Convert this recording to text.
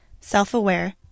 self-aware